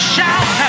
shout